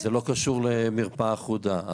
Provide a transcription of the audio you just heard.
זה לא קשור למרפאה אחודה.